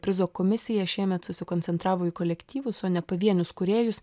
prizo komisija šiemet susikoncentravo į kolektyvus o ne pavienius kūrėjus